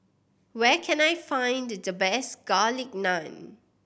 where can I find the the best Garlic Naan